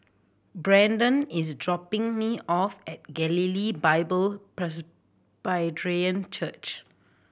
Braedon is dropping me off at Galilee Bible Presbyterian Church